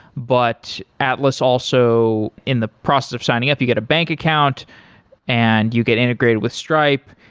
but atlas also in the process of signing up, you get a bank account and you get integrated with stripe.